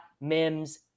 Mims